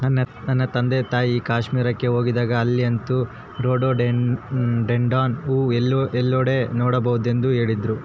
ನನ್ನ ತಂದೆತಾಯಿ ಕಾಶ್ಮೀರಕ್ಕೆ ಹೋಗಿದ್ದಾಗ ಅಲ್ಲಂತೂ ರೋಡೋಡೆಂಡ್ರಾನ್ ಹೂವು ಎಲ್ಲೆಡೆ ನೋಡಬಹುದೆಂದು ಹೇಳ್ತಿದ್ರು